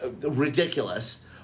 ridiculous